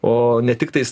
o ne tiktais